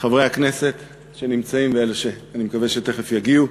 חברי הכנסת שנמצאים ואלה שאני מקווה שתכף יגיעו,